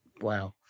wow